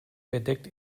bedeckt